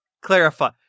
clarify